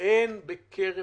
הן בקרב